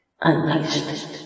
Unleashed